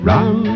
Run